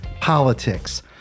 politics